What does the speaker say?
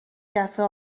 دفعه